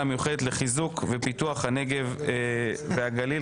המיוחדת לחיזוק ופיתוח הנגב והגליל.